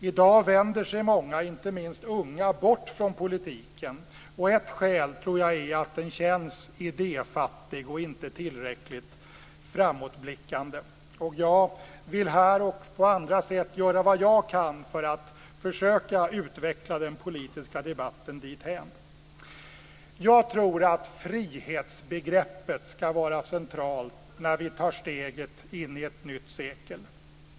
I dag vänder sig många, inte minst unga, bort från politiken. Jag tror att ett skäl är att den känns idéfattig och inte tillräckligt framåtblickande. Jag vill här och på andra sätt göra vad jag kan för att försöka utveckla den politiska debatten. Jag tror att frihetsbegreppet ska vara centralt när vi tar steget in i ett nytt sekel.